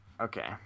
Okay